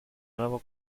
nuevo